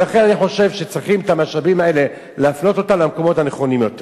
ולכן אני חושב שצריכים את המשאבים האלה להפנות למקומות הנכונים יותר.